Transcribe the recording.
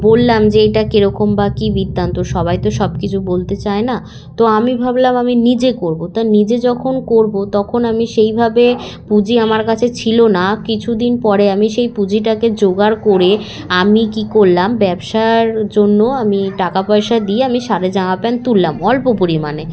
বললাম যে এইটা কীরকম বা কী বৃত্তান্ত সবাই তো সব কিছু বলতে চায় না তো আমি ভাবলাম আমি নিজে করব তা নিজে যখন করব তখন আমি সেইভাবে পুঁজি আমার কাছে ছিল না কিছু দিন পরে আমি সেই পুঁজিটাকে জোগাড় করে আমি কী করলাম ব্যবসার জন্য আমি টাকা পয়সা দিয়ে আমি সারের জামা প্যান্ট তুললাম অল্প পরিমাণে